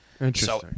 Interesting